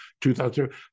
2000—